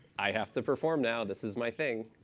i have to perform now. this is my thing.